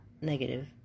negative